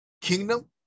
kingdom